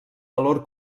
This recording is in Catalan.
valor